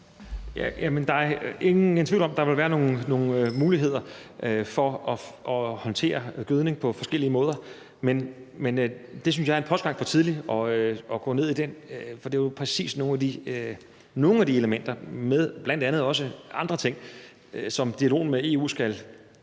Der er ingen tvivl om, at der vil være nogle muligheder for at håndtere gødning på forskellige måder. Men jeg synes, det er en postgang for tidligt at gå ned i det, for det er jo præcis nogle af de elementer sammen med bl.a. også andre ting, som dialogen med EU skal resultere